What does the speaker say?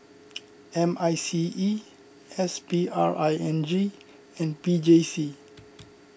M I C E S P R I N G and P J C